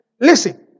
listen